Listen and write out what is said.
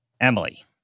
Emily